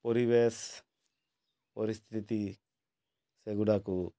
ପରିବେଶ ପରିସ୍ଥିତି ସେଗୁଡ଼ାକୁ